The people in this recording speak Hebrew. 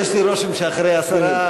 איכשהו יש לי רושם שאחרי עשרה,